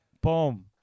Boom